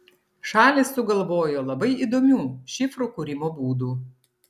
šalys sugalvojo labai įdomių šifrų kūrimo būdų